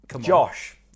Josh